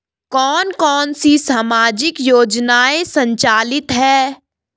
कौन कौनसी सामाजिक योजनाएँ संचालित है?